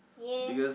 ya